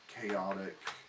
chaotic